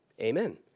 amen